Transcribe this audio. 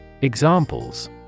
Examples